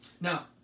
Now